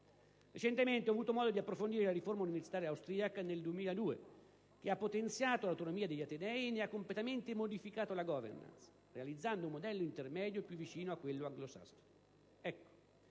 Recentemente ho avuto modo di approfondire la riforma universitaria austriaca del 2002, che ha potenziato l'autonomia degli atenei e ne ha completamente modificato la *governance*, realizzando un modello intermedio più vicino a quello anglosassone.